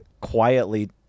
quietly